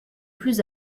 plus